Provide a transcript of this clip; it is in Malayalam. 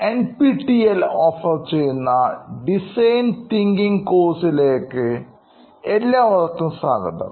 NPTEL offer ചെയ്യുന്ന ഡിസൈൻ തിങ്കിംഗ് കോഴ്സിലേക്ക് എല്ലാവർക്കും സ്വാഗതം